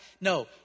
No